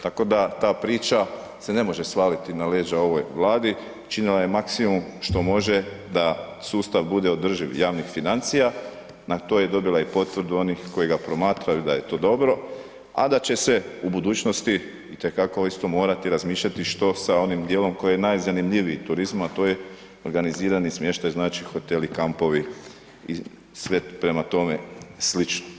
Tako da ta priča se ne može svaliti na leđe ovoj Vladi, učinila je maksimum što može da sustav bude održiv javnih financija, na to je dobila i potvrdu onih koji ga promatraju da je to dobro, a da će se u budućnosti i te kako isto morati razmišljati što sa onim dijelom koji je najzanimljiviji turizmu, a to organizirani smještaj znači hoteli, kampovi i sve prema tome slično.